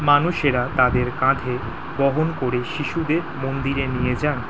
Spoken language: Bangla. মানুষেরা তাঁদের কাঁধে বহন করে শিশুদের মন্দিরে নিয়ে যান